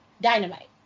Dynamite